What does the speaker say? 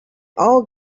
all